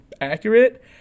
accurate